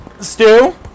stew